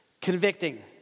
convicting